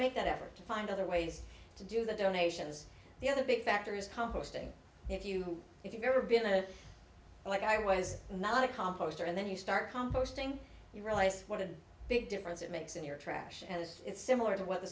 make that effort to find other ways to do the donations the other big factor is composting if you if you've ever been to what i was not a composter and then you start composting you realize what a big difference it makes in your trash and it's similar to what the